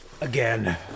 again